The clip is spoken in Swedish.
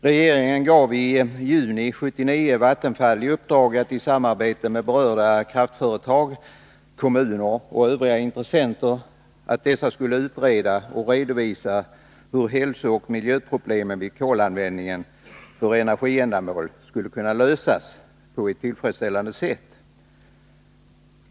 Regeringen gav i juni 1979 Vattenfall i uppdrag att i samarbete med berörda kraftföretag, kommuner och övriga intressenter utreda och redovisa hur hälsooch miljöproblemen vid kolanvändning för energiändamål skulle kunna lösas på ett tillfredsställande sätt.